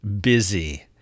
busy